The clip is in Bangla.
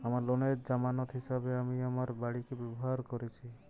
আমার লোনের জামানত হিসেবে আমি আমার বাড়িকে ব্যবহার করেছি